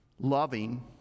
Loving